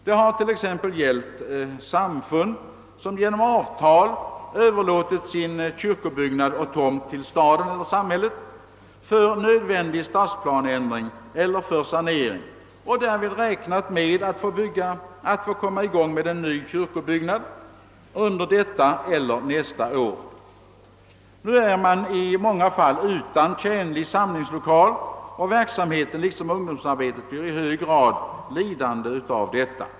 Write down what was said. Det har t.ex. gällt ett samfund, som genom avtal överlåtit sin kyrkobyggnad och tomt till staden eller samhället för en nödvändig stadsplaneändring eller för sanering och därvid räknat med att få komma i gång med en ny kyrkobyggnad under detta eller nästa år. Nu är man i många fall utan tjänlig samlingslokal, och verksamheten liksom ungdomsarbetet blir i hög grad lidande av detta.